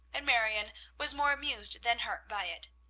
and marion was more amused than hurt by it.